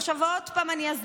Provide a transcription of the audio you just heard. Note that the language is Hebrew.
עכשיו אני עוד פעם אסביר,